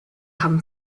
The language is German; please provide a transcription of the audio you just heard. haben